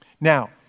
Now